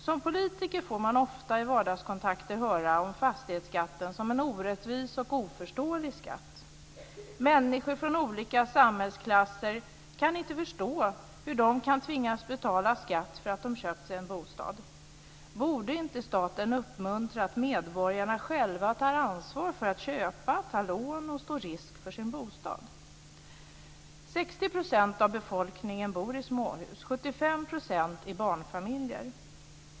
Som politiker får man ofta i vardagskontakter höra om fastighetsskatten som en orättvis och oförståelig skatt. Människor från olika samhällsklasser kan inte förstå hur de kan tvingas att betala skatt för att de köpt sig en bostad. Borde inte staten uppmuntra att medborgarna själva tar ansvar för att köpa sin bostad och tar lån och risker för att kunna göra detta? 60 % av befolkningen bor i småhus. 75 % är barnfamiljer.